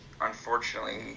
unfortunately